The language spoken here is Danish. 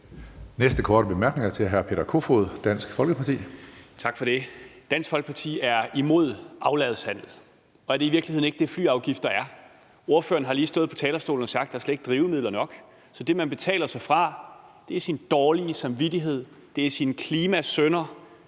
Næste korte bemærkning er til hr. Peter Kofod, Dansk Folkeparti. Kl. 13:42 Peter Kofod (DF): Tak for det. Dansk Folkeparti er imod afladshandel, og er det i virkeligheden ikke det, flyafgifter er? Ordføreren har lige stået på talerstolen og sagt, at der slet ikke er drivmidler nok. Så det, man betaler sig fra, er sin dårlige samvittighed, sine klimasynder.